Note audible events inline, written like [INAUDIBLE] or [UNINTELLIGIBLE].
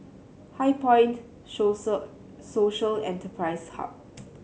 HighPoint [UNINTELLIGIBLE] Social Enterprise Hub